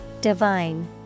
Divine